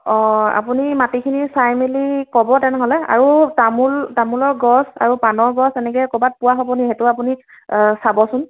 অ আপুনি মাটিখিনি চাই মেলি ক'ব তেনেহ'লে আৰু তামোল তামোলৰ গছ আৰু পাণৰ গছ তেনেকৈ ক'ৰবাত পোৱা হ'বনি সেইটো আপুনি চাবচোন